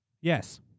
Yes